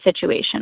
situation